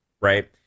right